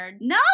no